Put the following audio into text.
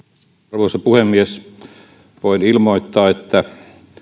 arvoisa puhemies voin ilmoittaa että